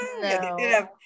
No